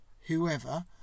whoever